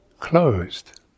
closed